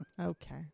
Okay